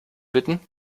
bitten